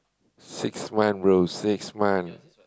six month bro six month